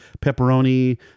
pepperoni